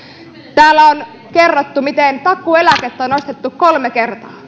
täällä on kerrottu miten takuueläkettä on nostettu kolme kertaa